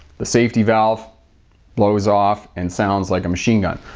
the safety valve blows off and sounds like a machine gun